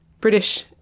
british